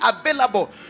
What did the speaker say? available